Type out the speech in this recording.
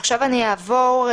עכשיו אעבור,